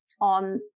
on